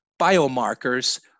biomarkers